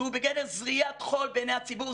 שהוא בגדר זריית חול בעיני הציבור.